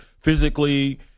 physically